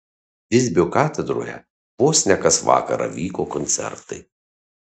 visbio katedroje vos ne kas vakarą vyko koncertai